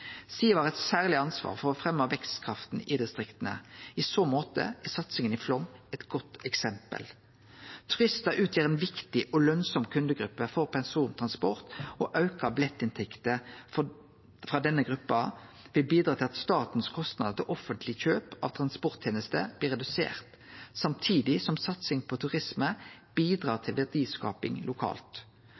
har eit særleg ansvar for å fremje vekstkrafta i distrikta. I så måte er satsinga i Flåm eit godt eksempel. Turistar utgjer ei viktig og lønsam kundegruppe for persontransport, og auka billettinntekter frå denne gruppa vil bidra til at statens kostnader til offentlege kjøp av transporttenester blir reduserte, samtidig som satsing på turisme bidrar til verdiskaping lokalt.